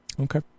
okay